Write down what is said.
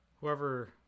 whoever